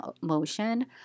motion